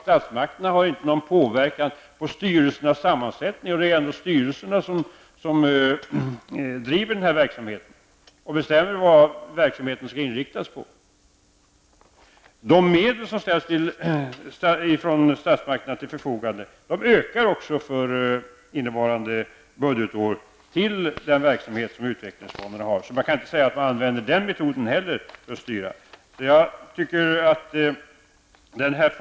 Statsmakterna har inte någon påverkan på styrelsernas sammansättning, och det är ändå styrelserna som driver verksamheten och bestämmer vad den skall inriktas på. De medel från statsmakterna som ställs till förfogande till den verksamhet som utvecklingsfonderna har ökar också för innevarande budgetår. Man kan därför inte heller säga att staten använder den metoden för att styra.